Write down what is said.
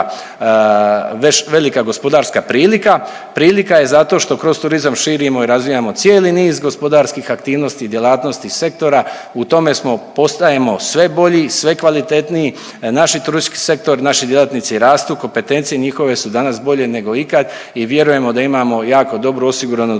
velika gospodarska prilika, prilika je zato što kroz turizam širimo i razvijamo cijeli niz gospodarskih aktivnosti i djelatnosti i sektora, u tome smo, postajemo sve bolji i sve kvalitetniji, naši turistički sektor, naši djelatnici rastu kompetencije njihove su danas bolje nego ikad i vjerujemo da imamo jako dobro osiguranu